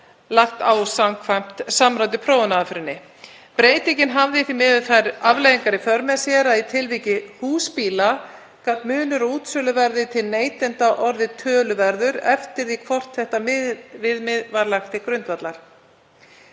lagt á samkvæmt samræmdu prófunaraðferðinni. Breytingin hafði því miður þær afleiðingar í för með sér að í tilviki húsbíla gat munur á útsöluverði til neytenda verið töluverður eftir því hvort viðmiðið var lagt til grundvallar.